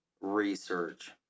research